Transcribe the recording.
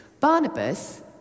Barnabas